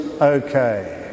okay